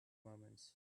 moments